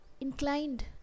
inclined